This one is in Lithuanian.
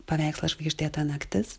paveikslas žvaigždėta naktis